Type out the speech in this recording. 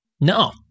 No